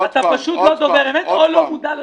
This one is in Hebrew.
פשוט לא דובר אמת, או שאתה לא מודע לשוק,